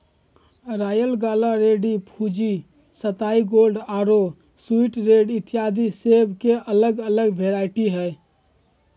royal gala, red Fuji, सताई gold आरो sweet red इत्यादि सेब के अलग अलग वैरायटी हय